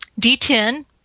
d10